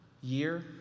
year